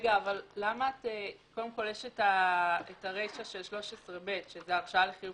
יש את הרישא של 13ב, שזה הרשאה לחיוב